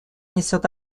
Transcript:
несет